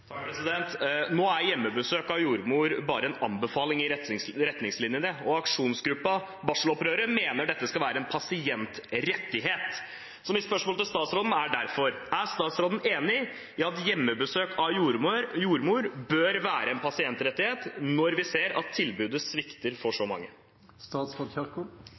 Nå er hjemmebesøk av jordmor bare en anbefaling i retningslinjene, men aksjonsgruppen Barselopprøret mener dette skal være en pasientrettighet. Mitt spørsmål til statsråden er derfor: Er statsråden enig i at hjemmebesøk av jordmor bør være en pasientrettighet, når vi ser at tilbudet svikter for så